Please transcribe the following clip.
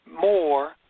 more